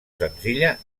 senzilla